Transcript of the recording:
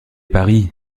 paris